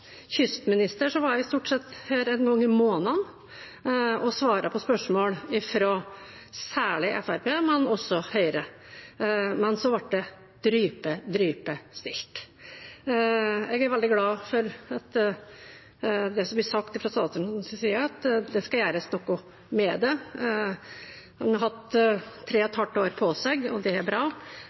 kystminister var jeg her stort sett en gang i måneden og svarte på spørsmål, særlig fra Fremskrittspartiet, men også fra Høyre, men så ble det fullstendig stille. Jeg er veldig glad for det som blir sagt fra statsrådens side, at det skal gjøres noe med det – han har hatt tre og et halvt år på seg – det er bra.